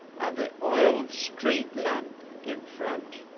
and the oil street lamp in front